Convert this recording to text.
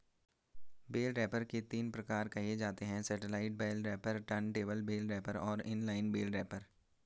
bell wrapper के तीन प्रकार कहे जाते हैं satellite bale wrapper, turntable bale wrapper और इन लाइन बेल रैपर